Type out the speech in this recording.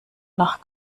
nach